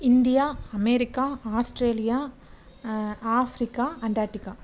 India America Australia Africa Antarctica